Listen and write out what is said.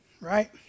Right